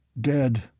Dead